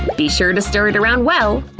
be sure to stir it around well.